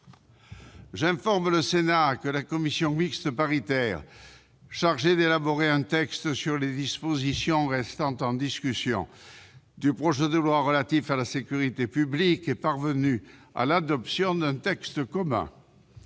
J'informe le Sénat que la commission mixte paritaire chargée d'élaborer un texte sur les dispositions restant en discussion du projet de loi relatif à la sécurité publique est parvenue à l'adoption d'un texte commun.